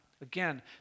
Again